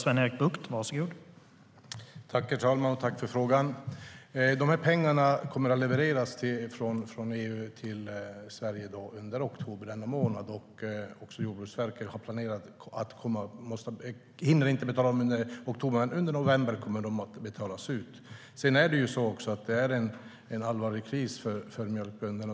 Herr talman! Tack för frågan! Pengarna kommer att levereras från EU till Sverige under oktober månad. Jordbruksverket hinner inte betala ut dem under oktober, men det kommer att ske i november. Det är en allvarlig kris för mjölkbönderna.